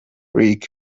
rick